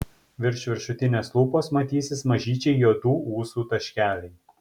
virš viršutinės lūpos matysis mažyčiai juodų ūsų taškeliai